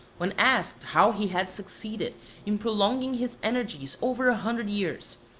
when asked how he had succeeded in prolonging his energies over a hundred years,